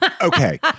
Okay